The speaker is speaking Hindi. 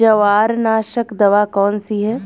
जवारनाशक दवा कौन सी है?